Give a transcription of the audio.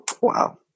Wow